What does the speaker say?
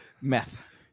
Meth